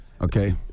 Okay